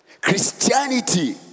Christianity